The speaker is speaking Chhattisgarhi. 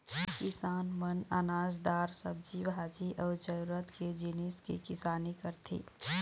किसान मन अनाज, दार, सब्जी भाजी अउ जरूरत के जिनिस के किसानी करथे